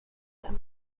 them